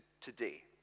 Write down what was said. today